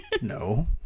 no